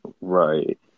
Right